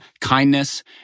kindness